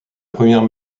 première